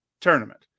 tournament